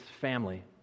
family